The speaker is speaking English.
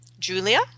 Julia